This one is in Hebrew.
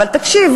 אבל תקשיב,